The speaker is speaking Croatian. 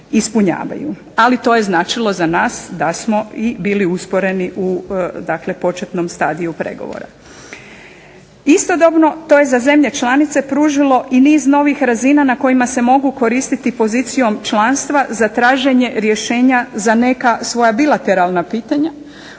Ali to je značilo za nas da smo i bili usporeni dakle početnom stadiju pregovora. Istodobno to je za zemlje članice pružilo i niz novih razina na kojima se mogu koristiti pozicijom članstva za traženje rješenja za neka svoja bilateralna pitanja